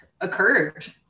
occurred